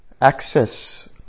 access